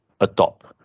adopt